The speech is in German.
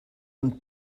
und